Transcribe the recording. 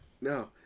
No